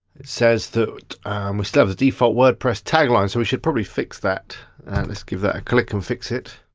it says that we still have the default wordpress tagline, so we should probably fix that. and let's give that a click and fix it.